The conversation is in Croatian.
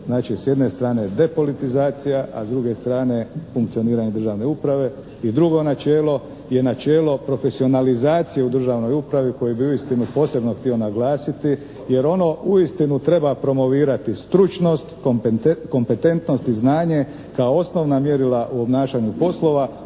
Znači s jedne strane depolitizacija, a s druge strane funkcioniranje državne uprave i drugo načelo je načelo profesionalizacije u državnoj upravi koji bi uistinu posebno htio naglasiti jer ono uistinu treba promovirati stručnost, kompetentnost i znanje kao osnovna mjerila u obnašanju poslova